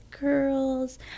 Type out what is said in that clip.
girls